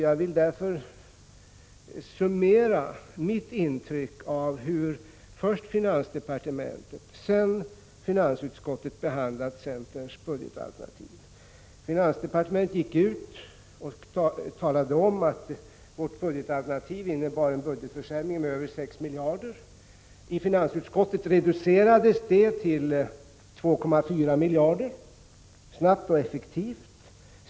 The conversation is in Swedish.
Jag vill därför summera mitt intryck av hur först finansdepartementet och sedan finansutskottet behandlat centerns budgetförslag. Finansdepartementet talade om att vårt alternativ innebar en budgetförsämring med över 6 miljarder. I finansutskottet reducerades detta snabbt och effektivt till 2,4 miljarder.